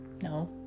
No